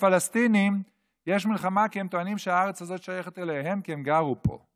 לפלסטינים יש מלחמה כי הם טוענים שהארץ הזאת שייכת להם כי הם גרו פה,